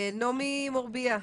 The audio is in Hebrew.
נעמי מורביה,